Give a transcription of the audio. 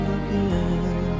again